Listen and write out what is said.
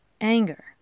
anger